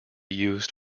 used